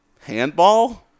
handball